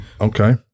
Okay